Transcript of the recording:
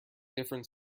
different